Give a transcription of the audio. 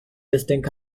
distinct